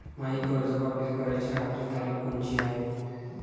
मायी कर्ज वापिस कराची आखरी तारीख कोनची हाय?